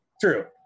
True